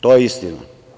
To je istina.